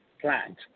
plant